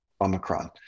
Omicron